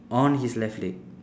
on his left leg